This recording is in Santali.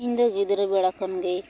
ᱤᱧ ᱫᱚ ᱜᱤᱫᱽᱨᱟᱹ ᱵᱮᱲᱟ ᱠᱷᱚᱱ ᱜᱮ